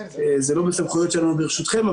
זה לא בסמכויות שלנו, ברשותכם.